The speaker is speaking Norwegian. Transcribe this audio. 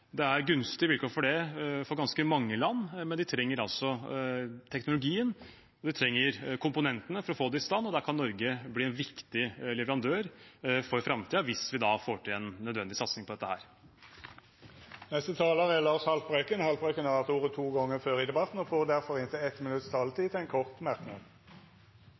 Det er gunstige vilkår for det i ganske mange land, men de trenger altså teknologien og komponentene for å få det i stand, og der kan Norge bli en viktig leverandør for framtida, hvis vi får til en nødvendig satsing på dette. Representanten Lars Haltbrekken har hatt ordet to gonger tidlegare og får ordet til ein kort merknad, avgrensa til